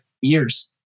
years